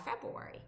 February